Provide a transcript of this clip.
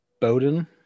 Bowden